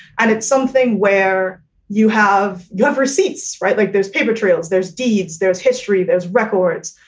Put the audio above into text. and it's something where you have governor seats, right? like there's paper trails, there's deeds, there's history, there's records.